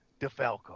DeFalco